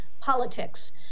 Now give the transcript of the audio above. politics